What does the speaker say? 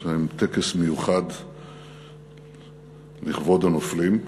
יש להם טקס מיוחד לכבוד הנופלים,